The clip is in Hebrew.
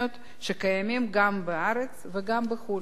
8127, 8128, 8139, 8167 ו-8170.